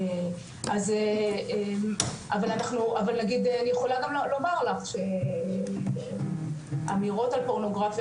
אז אבל נגיד אני יכולה גם לומר לך שאמירות על פורנוגרפיה,